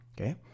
okay